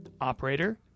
Operator